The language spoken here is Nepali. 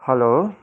हेलो